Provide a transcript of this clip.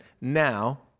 Now